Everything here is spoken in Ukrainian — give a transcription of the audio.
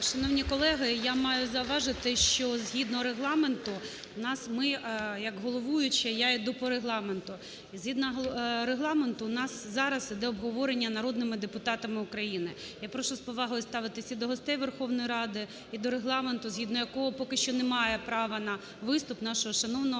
Шановні колеги, я маю зауважити, що згідно Регламенту, як головуюча я іду по Регламенту, згідно Регламенту у нас зараз іде обговорення народними депутатами України. Я прошу з повагою ставитись і до гостей Верховної Ради, і до Регламенту, згідно якого поки що немає права на виступ нашого шановного